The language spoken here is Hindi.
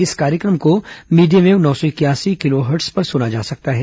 इस कार्यक्रम को मीडियम वेव नौ सौ इकयासी किलोहर्ट्ज पर सुना जा सकता है